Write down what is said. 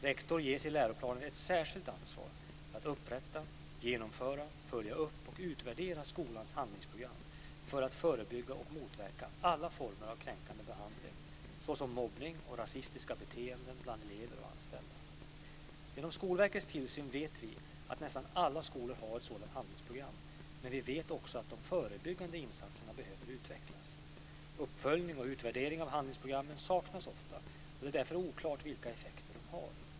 Rektor ges i läroplanen ett särskilt ansvar för att upprätta, genomföra, följa upp och utvärdera skolans handlingsprogram för att förebygga och motverka alla former av kränkande behandling, såsom mobbning och rasistiska beteenden bland elever och anställda. Genom Skolverkets tillsyn vet vi att nästan alla skolor har ett sådant handlingsprogram, men vi vet också att de förebyggande insatserna behöver utvecklas. Uppföljning och utvärdering av handlingsprogrammen saknas ofta, och det är därför oklart vilka effekter de har.